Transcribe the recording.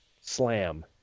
Slam